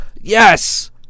yes